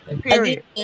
Period